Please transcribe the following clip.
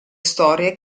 storie